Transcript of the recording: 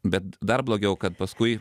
bet dar blogiau kad paskui